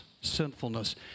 sinfulness